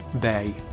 bay